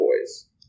boys